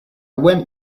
went